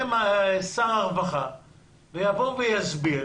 ששר הרווחה יסביר